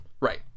Right